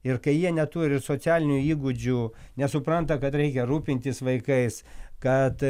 ir kai jie neturi socialinių įgūdžių nesupranta kad reikia rūpintis vaikais kad